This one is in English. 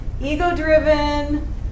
ego-driven